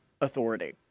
authority